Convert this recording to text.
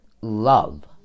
love